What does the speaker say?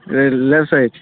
E left side